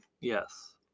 Yes